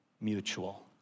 mutual